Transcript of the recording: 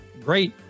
great